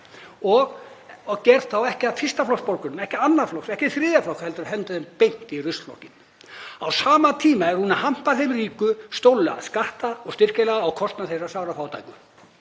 og gerir þá ekki að fyrsta flokks borgurum, ekki annars flokks, ekki þriðja flokks heldur hendir þeim beint í ruslflokkinn. Á sama tíma er hún að hampa þeim ríku stórlega, skatta- og styrkjalega, á kostnað þeirra sárafátæku.